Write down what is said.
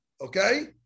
Okay